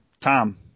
Tom